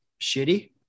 shitty